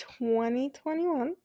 2021